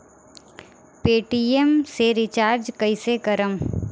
Paytm से recharge कईसे करम?